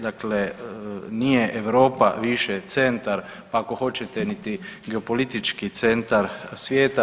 Dakle, nije Europa više centar pa ako hoćete niti geopolitički centar svijeta.